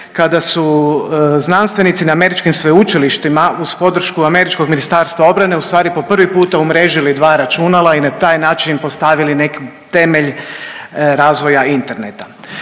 kada su znanstvenici na američkim sveučilištima uz podršku američkog Ministarstva obrane u stvari po prvi puta umrežili dva računala i na taj način im postavili neki temelj razvoja interneta.